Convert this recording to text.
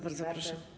Bardzo proszę.